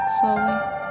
Slowly